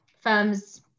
firms